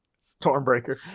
Stormbreaker